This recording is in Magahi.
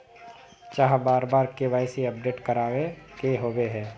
चाँह बार बार के.वाई.सी अपडेट करावे के होबे है?